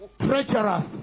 treacherous